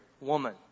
woman